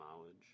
knowledge